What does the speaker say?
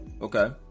Okay